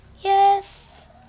Yes